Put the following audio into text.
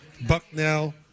Bucknell